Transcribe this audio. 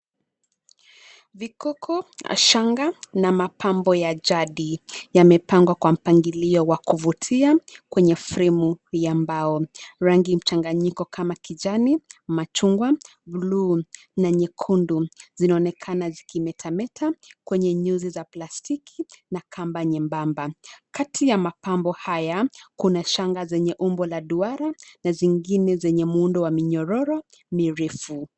Vikoko, na shanga, na mapambo ya jadi, yamepangwa kwa mpangilio wa kuvutia, kwenye fremu ya mbao. Rangi mchanganyiko kama kijani, machungwa, bluu, na nyekundu, zinaonekana zikimetameta, kwenye nyuzi za plastiki, na kamba nyembamba. Kati ya mapambo haya, kuna shanga zenye umbo la duara, na zingine zenye muundo wa minyororo, mirefu.